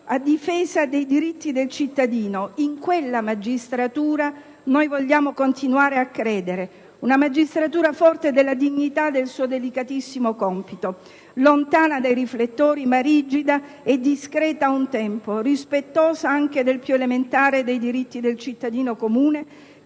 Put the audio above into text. a difesa dei diritti del cittadino. In quella magistratura, noi vogliamo continuare a credere. Una magistratura forte della dignità del suo delicatissimo compito, lontana dai riflettori ma rigida e discreta ad un tempo, rispettosa anche del più elementare dei diritti del cittadino comune,